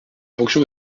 fonction